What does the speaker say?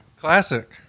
Classic